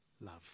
love